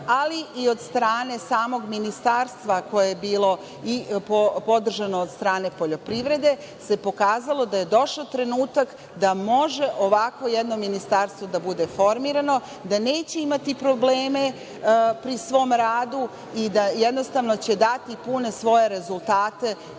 ali i od strane samog ministarstva, koje je bilo podržano od strane poljoprivrede, se pokazalo da je došao trenutak da može ovako jedno ministarstvo da bude formirano, da neće imati probleme pri svom radu i da će dati pune svoje rezultate